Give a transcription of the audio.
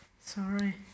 Sorry